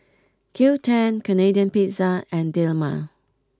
Qoo ten Canadian Pizza and Dilmah